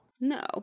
No